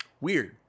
weird